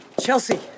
Chelsea